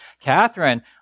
Catherine